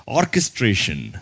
orchestration